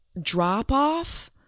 drop-off